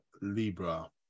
Libra